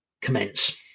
commence